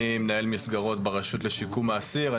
אני מנהל מסגרות ברשות לשיקום האסיר.